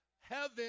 heaven